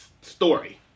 story